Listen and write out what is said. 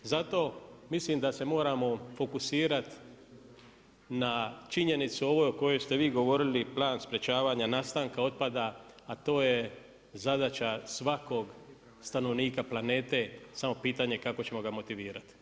Zato mislim da se moramo fokusirat na činjenicu ovoj o kojoj ste vi govorili plan sprečavanja nastanaka otpada a to je zadaća svakog stanovnika planete, samo pitanje kako ćemo ga motivirati.